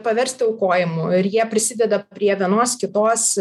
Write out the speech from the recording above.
paversti aukojimu ir jie prisideda prie vienos kitos